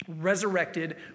resurrected